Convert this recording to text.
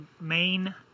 main